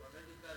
ודאי שהיא משקיעה.